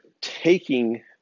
taking